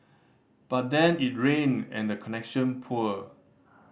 but then it rained and the connection poor